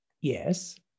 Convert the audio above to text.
yes